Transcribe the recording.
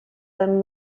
them